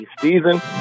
season